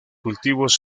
cultivos